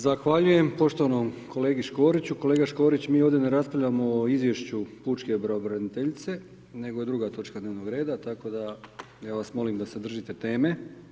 Zahvaljujem poštovanom kolegi Škoriću, kolega Škorić mi ovdje ne raspravljamo o izvješću pučke pravobraniteljice nego je druga točka dnevnog reda, tako da ja vas molim da se držite teme.